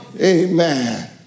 amen